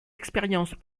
expériences